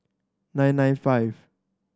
nine nine five